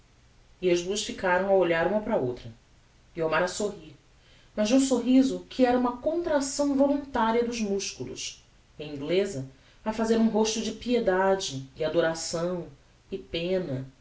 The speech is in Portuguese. e as duas ficaram a olhar uma para a outra guiomar a sorrir mas de um sorriso que era uma contracção voluntaria dos musculos e a ingleza a fazer um rosto de piedade e adoração e pena